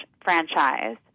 franchise